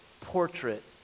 portrait